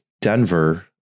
Denver